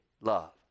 love